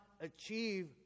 achieve